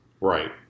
Right